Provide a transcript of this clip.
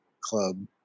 club